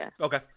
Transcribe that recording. Okay